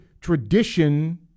tradition